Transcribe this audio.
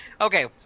Okay